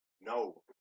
No